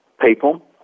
people